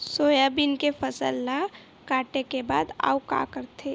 Soybean के फसल ल काटे के बाद आऊ का करथे?